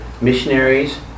missionaries